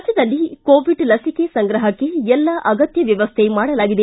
ರಾಜ್ಯದಲ್ಲಿ ಕೋವಿಡ್ ಲಸಿಕೆ ಸಂಗ್ರಹಕ್ಕೆ ಎಲ್ಲ ಅಗತ್ಯ ವ್ಯವಸ್ಥೆ ಮಾಡಲಾಗಿದೆ